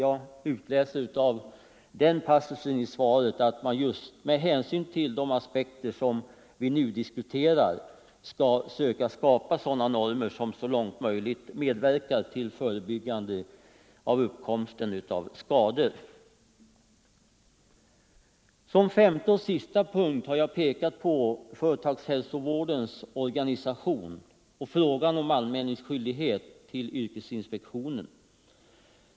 Av den passusen i svaret utläser jag att man med hänsyn till de aspekter vi nu diskuterar skall söka skapa normer som så långt möjligt medverkar till förebyggande av skador. Som femte och sista punkt har jag pekat på företagshälsovårdens organisation och frågan om anmälningsskyldighet till yrkesinspektionen.